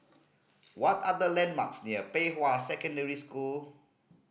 what are the landmarks near Pei Hwa Secondary School